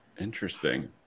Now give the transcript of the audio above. interesting